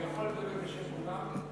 הוא יכול לדבר בשם כולם?